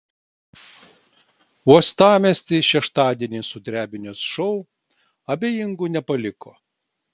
uostamiestį šeštadienį sudrebinęs šou abejingų nepaliko